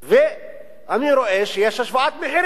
ואני רואה שיש השוואת מחירים.